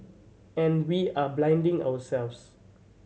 and we are blinding ourselves